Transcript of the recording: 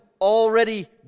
already